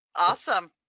Awesome